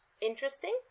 interesting